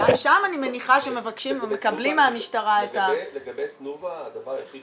גם שם אני מניחה שמבקשים ומקבלים מהמשטרה -- לגבי תנובה הדבר היחיד